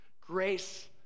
Grace